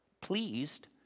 pleased